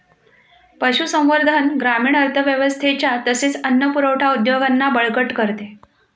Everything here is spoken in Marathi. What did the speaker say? पशुसंवर्धन ग्रामीण अर्थव्यवस्थेच्या तसेच अन्न पुरवठा उद्योगांना बळकट करते